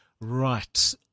Right